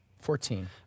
Fourteen